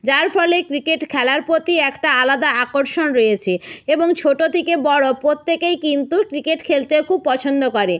যার ফলে ক্রিকেট খেলার প্রতি একটা আলাদা আকর্ষণ রয়েছে এবং ছোট থেকে বড় প্রত্যেকেই কিন্তু ক্রিকেট খেলতেও খুব পছন্দ করে